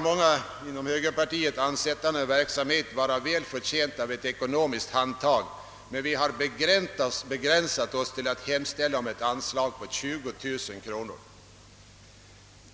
Många inom högerpartiet har ansett denna verksamhet vara väl förtjänt av ett ekonomiskt handtag. Vi har dock nöjt oss med att hemställa om ett anslag på 20000 kronor.